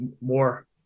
more